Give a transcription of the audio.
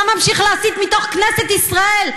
אתה ממשיך להסית מתוך כנסת ישראל,